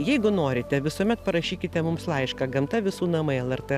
jeigu norite visuomet parašykite mums laišką gamta visų namai lrt